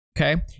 Okay